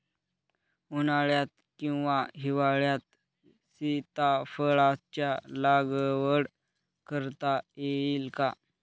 उन्हाळ्यात किंवा हिवाळ्यात सीताफळाच्या लागवड करता येईल का?